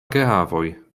geavoj